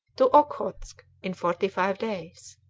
to okhotsk in forty-five days.